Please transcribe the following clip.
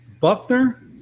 Buckner